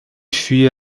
fuyait